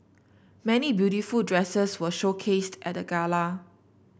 many beautiful dresses were showcased at the gala